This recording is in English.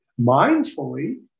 mindfully